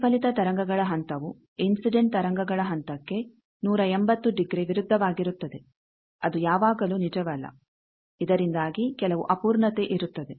ಪ್ರತಿಫಲಿತ ತರಂಗಗಳ ಹಂತವು ಇನ್ಸಿಡೆಂಟ್ ತರಂಗಗಳ ಹಂತಕ್ಕೆ 180 ಡಿಗ್ರಿ ವಿರುದ್ಧವಾಗಿರುತ್ತದೆ ಅದು ಯಾವಾಗಲೂ ನಿಜವಲ್ಲ ಇದರಿಂದಾಗಿ ಕೆಲವು ಅಪೂರ್ಣತೆ ಇರುತ್ತದೆ